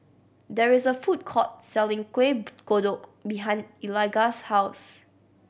there is a food court selling Kueh Kodok behind Eligah's house